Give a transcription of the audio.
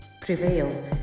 Prevail